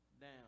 down